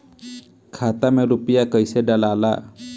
खाता में रूपया कैसे डालाला?